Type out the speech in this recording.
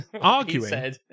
Arguing